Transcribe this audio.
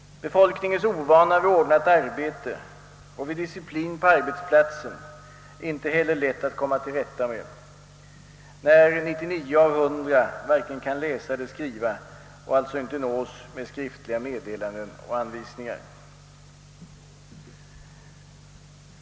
Befolkningens ovana vid ordnat arbete och disciplin på arbetsplatsen är inte heller lätt att komma till rätta med när 99 av 100 varken kan läsa eller skriva och alltså inte nås med skriftliga meddelanden och anvisningar.